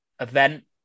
event